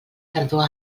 tardor